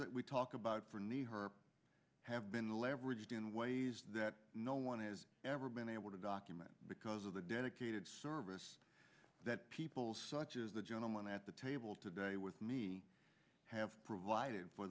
that we talk about for need her have been leveraged in ways that no one has ever been able to document because of the dedicated server chris that people such as the gentleman at the table today with me have provided for